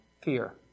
fear